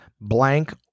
blank